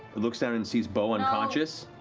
it looks down and sees beau unconscious,